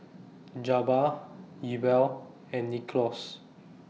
Jabbar Ewell and Nicklaus